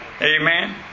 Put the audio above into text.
Amen